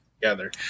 together